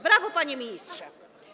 Brawo, panie ministrze.